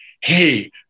hey